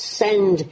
send